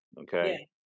okay